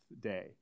day